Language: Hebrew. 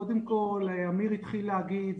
קודם כל אמיר התחיל להגיד,